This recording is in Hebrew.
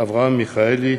אברהם מיכאלי,